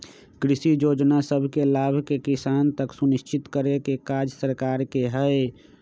कृषि जोजना सभके लाभ किसान तक सुनिश्चित करेके काज सरकार के हइ